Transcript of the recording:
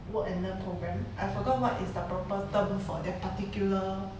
work and learn programme I forgot what is the proper term for that particular